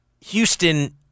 Houston